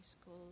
school